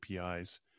APIs